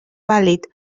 pàl·lid